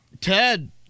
Ted